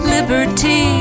Liberty